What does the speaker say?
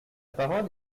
parole